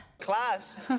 class